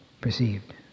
Perceived